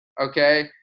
okay